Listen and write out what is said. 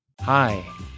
Hi